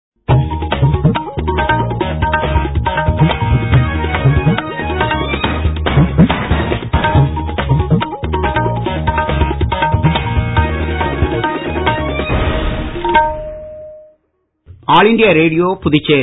வணக்கம் all India radio Puducherry